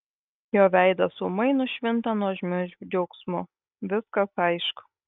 jo veidas ūmai nušvinta nuožmiu džiaugsmu viskas aišku